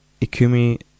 Ikumi